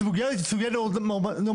הסוגיה היא סוגיה נורמטיבית,